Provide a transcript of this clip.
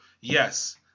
yes